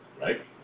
right